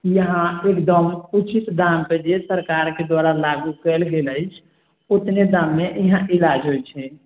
यहाँ एकदम ऊचित दाम पर जे सरकार के द्वारा लागू कयल गेल अछि ओतने दाम मे ईहाँ ईलाज होइ छै